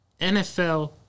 NFL